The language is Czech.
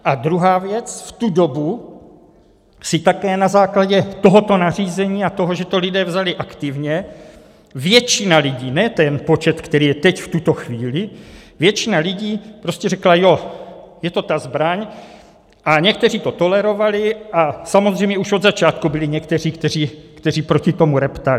A druhá věc, v tu dobu si také na základě tohoto nařízení a toho, že to lidé vzali aktivně, většina lidí, ne ten počet, který je teď v tuto chvíli, většina lidí prostě řekla, jo, je to ta zbraň, a někteří to tolerovali a samozřejmě už od začátku byli někteří, kteří proti tomu reptali.